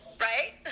Right